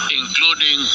including